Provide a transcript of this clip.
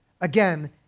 Again